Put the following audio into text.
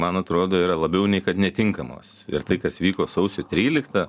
man atrodo yra labiau nei kad netinkamos ir tai kas vyko sausio tryliktą